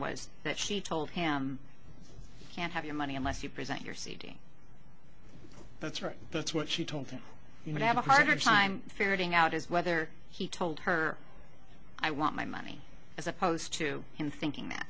was that she told him can't have your money unless you present your cd that's right that's what she told him he would have a harder time ferreting out is whether he told her i want my money as opposed to him thinking that